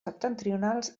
septentrionals